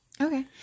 okay